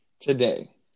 today